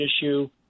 issue